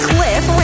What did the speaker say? Cliff